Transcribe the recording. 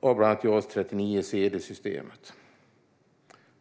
av bland annat JAS 39 C/D-systemet.